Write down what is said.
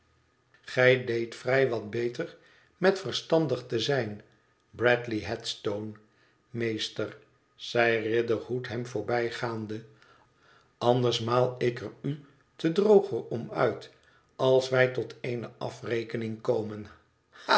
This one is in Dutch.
gij deedt vrij wat beter met verstandig te zijn bradley headstone meester zei riderhood hem voorbijgaande anders maal ik erute droger om uit als wij tot eene afrekening komen